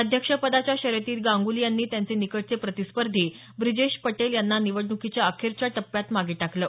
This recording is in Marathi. अध्यक्षपदाच्या शर्यतीत गांगुली यांनी त्यांचे निकटचे प्रतिस्पर्धी ब्रिजेश पटेल यांना निवडणुकीच्या अखेरच्या टप्प्यात मागे टाकलं